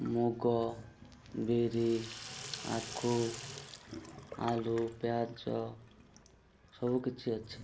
ମୁଗ ବିରି ଆଖୁ ଆଲୁ ପିଆଜ ସବୁକିଛି ଅଛି